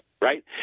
right